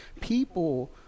people